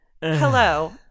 Hello